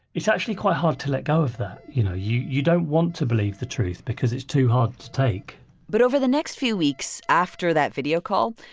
it's actually quite hard to let go of that. you know, you you don't want to believe the truth because it's too hard to take but over the next few weeks after that video call,